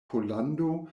pollando